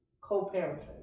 co-parenting